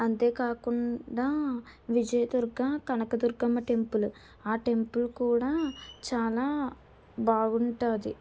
అంతేకాకుండా విజయ్ దుర్గ కనకదుర్గమ్మ టెంపుల్ ఆ టెంపుల్ కూడా చాలా బాగుంటుంది